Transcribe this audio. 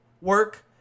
work